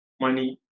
money